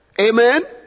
Amen